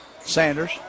Sanders